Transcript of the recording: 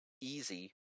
easy